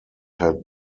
had